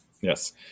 Yes